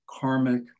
karmic